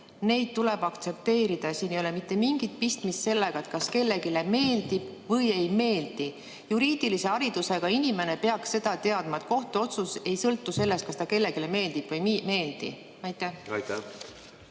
Neid tuleb aktsepteerida ja siin ei ole mitte mingit pistmist sellega, et kas kellelegi [otsus] meeldib või ei meeldi. Juriidilise haridusega inimene peaks seda teadma, et kohtuotsus ei sõltu sellest, kas ta kellelegi meeldib või ei meeldi. Aitäh!